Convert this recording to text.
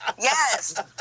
Yes